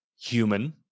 human